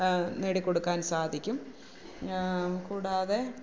നേടിക്കൊടുക്കാന് സാധിക്കും കൂടാതെ